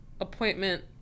Appointment